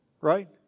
right